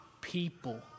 People